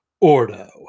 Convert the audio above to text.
Ordo